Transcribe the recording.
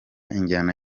injyana